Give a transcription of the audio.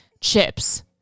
chips